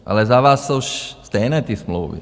Ale za vás jsou stejné ty smlouvy.